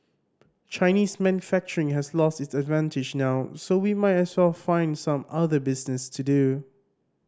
Chinese manufacturing has lost its advantage now so we might as well find some other business to do